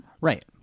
right